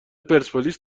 پرسپولیس